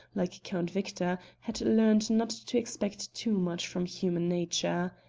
like count victor, had learned not to expect too much from human nature.